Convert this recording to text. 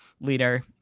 leader